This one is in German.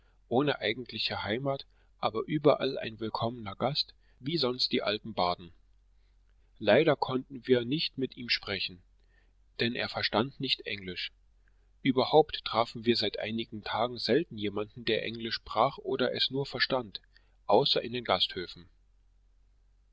ohne eigentliche heimat aber überall ein willkommener gast wie sonst die alten barden leider konnten wir mit ihm nicht sprechen denn er verstand nicht englisch überhaupt trafen wir seit einigen tagen selten jemanden der englisch sprach oder es auch nur verstand außer in den gasthöfen